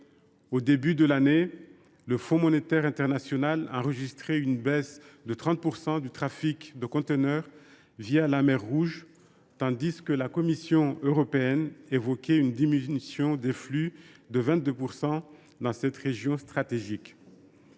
international (FMI) enregistrait une baisse de 30 % du trafic de conteneurs la mer Rouge, tandis que la Commission européenne évoquait une diminution des flux de 22 % dans cette région stratégique.